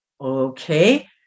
okay